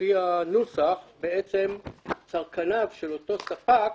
לפי הנוסח, צרכניו של אותו ספק